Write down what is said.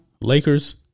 Lakers